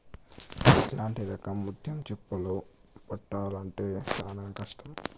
ఇట్లాంటి రకం ముత్యం చిప్పలు పట్టాల్లంటే చానా కష్టం